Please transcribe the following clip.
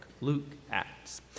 Luke-Acts